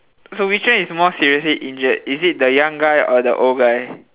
so which one is more seriously injured is it the young guy or the old guy